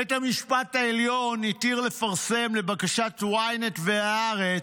בית המשפט העליון התיר לפרסם, לבקשת ynet והארץ,